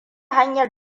hanyar